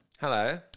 Hello